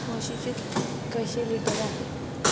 म्हशीचे दूध कसे लिटर आहे?